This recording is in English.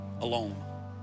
alone